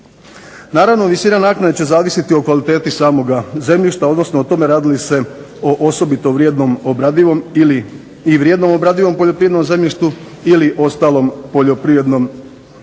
Naravno visina naknade će zavisiti o kvaliteti samoga zemljišta, odnosno o tome radi li se o osobito vrijednom obradivom i vrijednom obradivom poljoprivrednom zemljištu ili ostalom poljoprivrednom zemljištu.